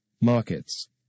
markets